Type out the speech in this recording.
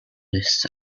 this